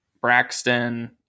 Braxton